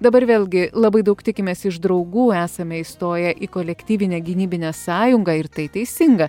dabar vėlgi labai daug tikimės iš draugų esame įstoję į kolektyvinę gynybinę sąjungą ir tai teisinga